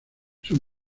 sus